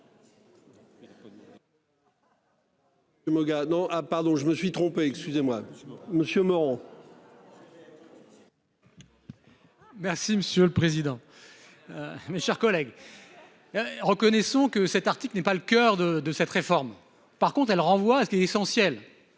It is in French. Merci monsieur le président. Mes chers collègues. Reconnaissons que cet article n'est pas le coeur de de cette réforme. Par contre, elle renvoie à ce qui est essentiel.